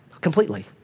Completely